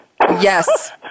Yes